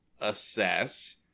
assess